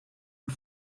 und